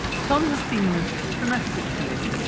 some have seen this domestically.